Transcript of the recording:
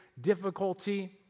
difficulty